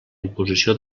imposició